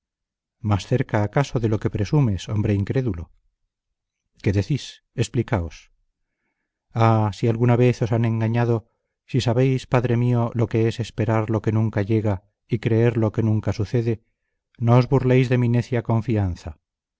felicidad dónde más cerca acaso de lo que presumes hombre incrédulo qué decís explicaos ah si alguna vez os han engañado si sabéis padre mío lo que es esperar lo que nunca llega y creer lo que nunca sucede no os burléis de mi necia confianza